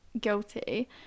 guilty